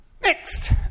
Next